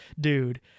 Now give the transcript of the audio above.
dude